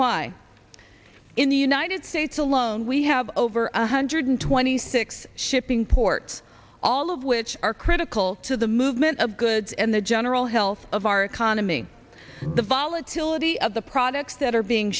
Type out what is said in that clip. why in the united states alone we have over one hundred twenty six shipping ports all of which are critical to the movement of goods and the general health of our economy the volatility of the products that are being